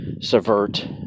subvert